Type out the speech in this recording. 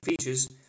features